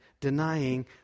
denying